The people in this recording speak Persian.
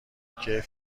کیف